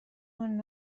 اون